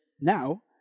now